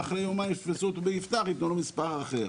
ואחרי יומיים יתפסו אותו ביפתח יתנו לו מספר אחר,